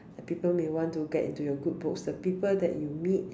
like people may want to get into your good books the people that you meet